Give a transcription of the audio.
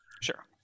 Sure